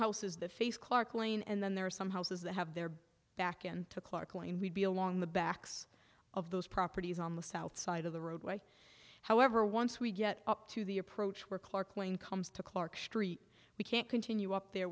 houses that face clark lane and then there are some houses that have their back end to clark and we'd be along the backs of those properties on the south side of the roadway however once we get up to the approach where clark lane comes to clark street we can't continue up there